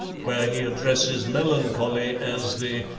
where he addresses melancholy as the.